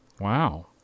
Wow